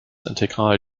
integral